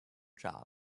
job